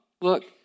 Look